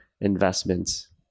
investments